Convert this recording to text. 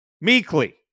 meekly